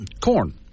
Corn